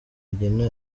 rigena